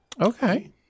Okay